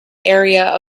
area